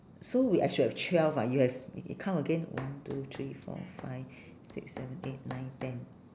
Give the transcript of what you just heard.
so we I should have twelve ah you have y~ count again one two three four five six seven eight nine ten